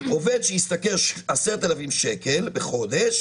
עובד שהשתכר 10,000 שקל בחודש